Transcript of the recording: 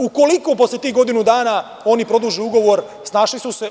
Ukoliko posle tih godinu dana oni produže ugovor, snašli su se.